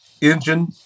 engine